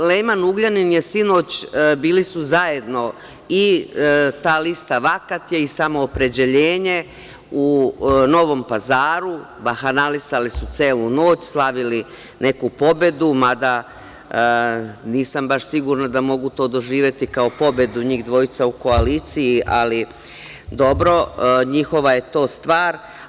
Sulejman Ugljanin je sinoć, bili su zajedno, i ta lista „Vakat je“ i „Samoopredjeljenje“ u Novom Pazaru, bahanalisali su celu noć, slavili neku pobedu, mada nisam baš sigurna da mogu to doživeti kao pobedu njih dvojica u koaliciji, ali, dobro, njihova je to stvar.